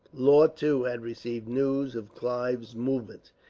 law, too, had received news of clive's movement.